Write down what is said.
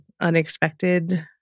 unexpected